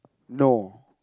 no